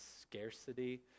scarcity